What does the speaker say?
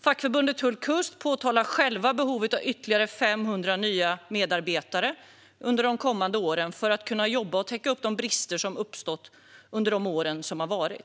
Fackförbundet Tull-Kust påtalar själva behovet av ytterligare 500 nya medarbetare under de kommande åren för att minska de brister som uppstått under de senaste åren.